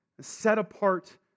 set-apart